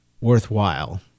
worthwhile